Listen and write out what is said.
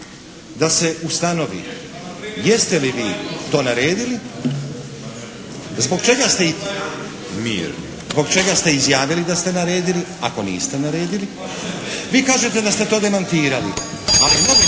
Mir! **Stazić, Nenad (SDP)** … zbog čega ste izjavili da ste naredili, ako niste naredili. Vi kažete da ste to demantirali. Ali novinarka